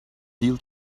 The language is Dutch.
deal